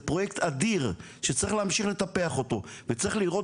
זה פרויקט אדיר שצריך להמשיך לטפח אותו וצריך לראות